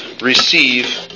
receive